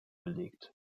belegt